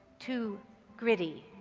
too gritty,